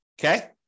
Okay